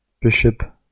bishop